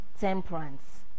temperance